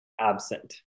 absent